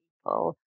people